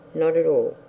not at all,